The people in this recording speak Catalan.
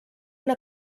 una